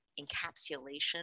encapsulation